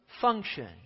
function